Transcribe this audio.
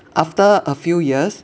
after a few years